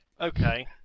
okay